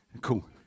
Cool